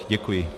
Děkuji.